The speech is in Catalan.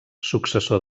successor